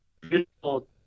beautiful